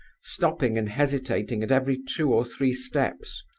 stopping and hesitating at every two or three steps.